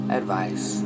advice